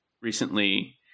recently